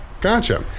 Gotcha